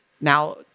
now